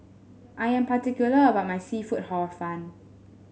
I am particular about my seafood Hor Fun